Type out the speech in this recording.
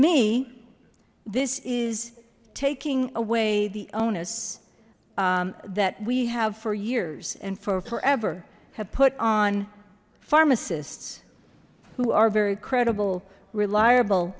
me this is taking away the onus that we have for years and for forever have put on pharmacists who are very credible reliable